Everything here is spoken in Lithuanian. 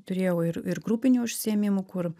turėjau ir ir grupinių užsiėmimų kur